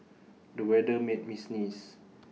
the weather made me sneeze